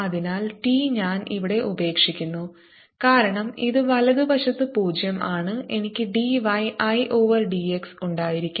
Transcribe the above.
അതിനാൽ t ഞാൻ ഇവിടെ ഉപേക്ഷിക്കുന്നു കാരണം ഇത് വലതുവശത്ത് 0 ആണ് എനിക്ക് dy I ഓവർ dx ഉണ്ടായിരിക്കും